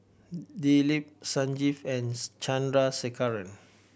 Dilip Sanjeev and Chandrasekaran